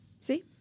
See